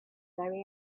very